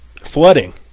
Flooding